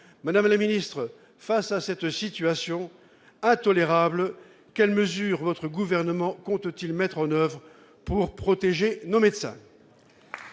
Madame la ministre, face à cette situation intolérable, quelles mesures votre gouvernement compte-t-il mettre en oeuvre pour protéger nos médecins ?